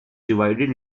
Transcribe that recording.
divided